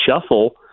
shuffle